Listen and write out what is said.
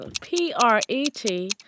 P-R-E-T